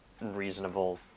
reasonable